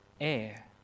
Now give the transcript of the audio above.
air